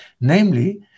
namely